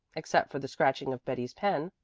except for the scratching of betty's pen,